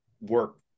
work